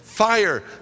Fire